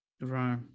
Right